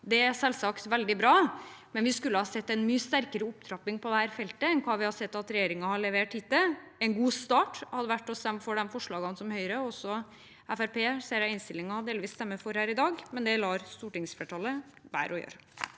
Det er selvsagt veldig bra, men vi skulle ha sett en mye sterkere opptrapping på dette feltet enn det vi har sett at regjeringen har levert hittil. En god start hadde vært å stemme for de forslagene som Høyre – og delvis også Fremskrittspartiet, ser jeg av innstillingen – fremmer her i dag, men det lar stortingsflertallet være å gjøre.